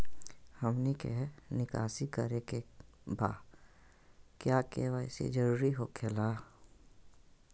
हमनी के निकासी करे के बा क्या के.वाई.सी जरूरी हो खेला?